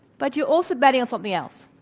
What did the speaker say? but you're also betting on something else.